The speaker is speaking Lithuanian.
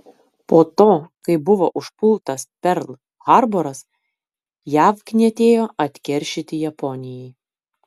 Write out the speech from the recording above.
po to kai buvo užpultas perl harboras jav knietėjo atkeršyti japonijai